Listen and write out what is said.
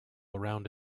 around